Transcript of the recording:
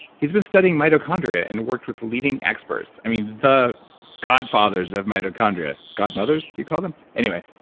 he's been studying mitochondria and worked with leading experts i mean, the godfathers of mitochondria. godmothers, do you call them? anyway,